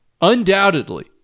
undoubtedly